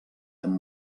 amb